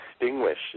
extinguish